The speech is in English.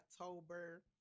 October